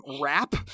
rap